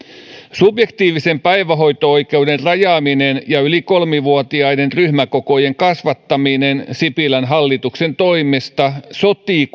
subjektiivisen päivähoito oikeuden rajaaminen ja yli kolmivuotiaiden ryhmäkokojen kasvattaminen sipilän hallituksen toimesta sotii